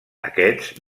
aquests